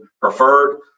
preferred